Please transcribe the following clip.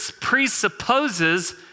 presupposes